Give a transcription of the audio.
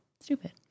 stupid